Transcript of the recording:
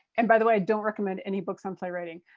and by the way, i don't recommend any books on playwriting.